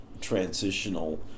transitional